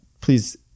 Please